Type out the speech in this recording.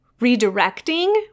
redirecting